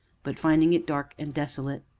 but, finding it dark and desolate,